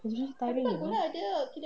it's really tiring you know